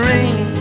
Rain